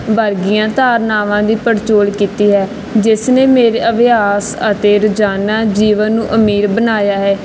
ਵਰਗੀਆਂ ਧਾਰਨਾਵਾਂ ਦੀ ਪੜਚੋਲ ਕੀਤੀ ਹੈ ਜਿਸ ਨੇ ਮੇਰੇ ਅਭਿਆਸ ਅਤੇ ਰੋਜ਼ਾਨਾ ਜੀਵਨ ਨੂੰ ਅਮੀਰ ਬਣਾਇਆ ਹੈ